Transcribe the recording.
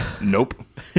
Nope